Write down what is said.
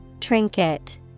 trinket